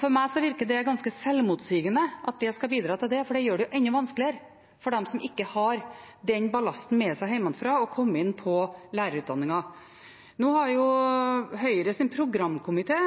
For meg virker det ganske selvmotsigende at det skal bidra til det, for det gjør det jo enda vanskeligere for dem som ikke har den ballasten med seg hjemmefra, å komme inn på lærerutdanningen. Nå har jo Høyres programkomité,